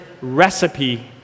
recipe